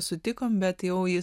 sutikom bet jau jis